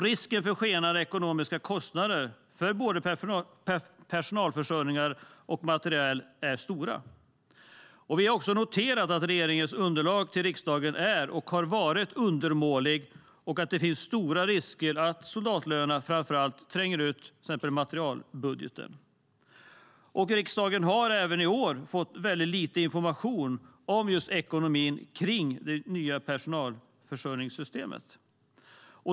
Risken för skenande ekonomiska kostnader för både personalförsörjning och materiel är stor. Vi har också noterat att regeringens underlag till riksdagen är och har varit undermåligt och att det finns stora risker att soldatlönerna tränger ut till exempel materielbudgeten. Riksdagen har även i år fått väldigt lite information om just ekonomin kring det nya personalförsörjningssystemet.